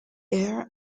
air